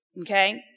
okay